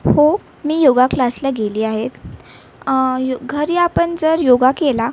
हो मी योग क्लासला गेली आहेत य घरी आपण जर योग केला